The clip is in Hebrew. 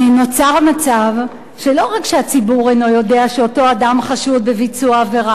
נוצר מצב שלא רק שהציבור אינו יודע שאותו אדם חשוד בביצוע עבירה,